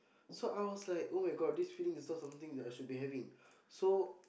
so I was like [oh]-my-god this feeling is not something that I should be having so